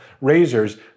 razors